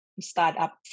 startup